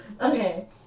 Okay